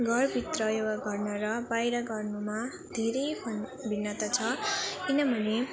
घरभित्र योगा गर्न र बाहिर गर्नुमा धेरै भिन्नता छ किनभने